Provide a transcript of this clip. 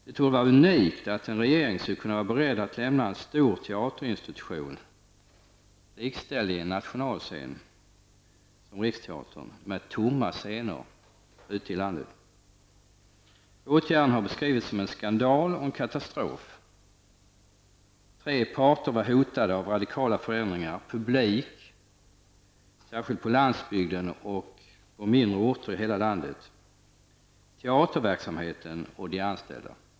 Det torde vara unikt att en regering skulle kunna vara beredd att lämna en stor teaterinstitution som Riksteatern, likställd med en nationalscen, med tomma scener ute i landet. Åtgärden har beskrivits som en skandal och en katastrof. Tre parter var hotade av radikala förändringar: publik, särskilt på landsbygden och i mindre orter i hela landet, teaterverksamheten och de anställda.